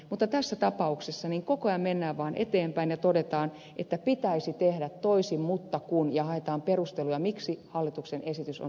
mutta tässä tapauksessa koko ajan mennään vaan eteenpäin ja todetaan että pitäisi tehdä toisin mutta kun ja haetaan perusteluja sille miksi hallituksen esitys on vietävä läpi